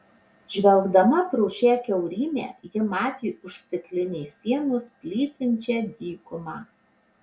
žvelgdama pro šią kiaurymę ji matė už stiklinės sienos plytinčią dykumą